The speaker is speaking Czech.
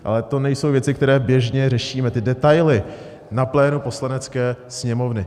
Ale to nejsou věci, které běžně řešíme, ty detaily na plénu Poslanecké sněmovny.